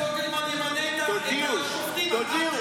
זאת לא הייתה פעולה מבצעית עם איזה כשל מבצעי מסוים,